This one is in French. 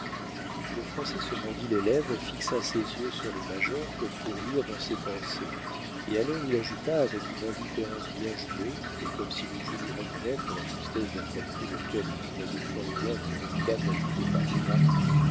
le français se mordit les lèvres et fixa ses yeux sur le major comme pour lire dans ses pensées et alors il ajouta avec une indifférence bien jouée et comme s'il eût voulu reconnaître la justesse d'un calcul auquel il voyait fort bien que duncan n'ajoutait pas foi